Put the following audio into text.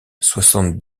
soixante